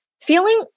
feeling